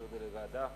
להעביר לוועדה?